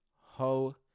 Ho